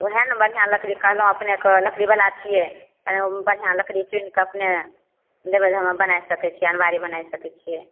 ओएह ने बढ़िआँ लकड़ी कहलौं अपने के लकड़ी बला छियै बढ़ियाँ तने बढ़ियाँ लकड़ी चुनिके देबै जे हम्मे बना सकैत छियै अनमारी बना सकैत छियै